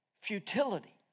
Futility